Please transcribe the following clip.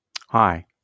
Hi